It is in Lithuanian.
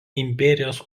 imperijos